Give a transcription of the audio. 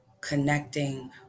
connecting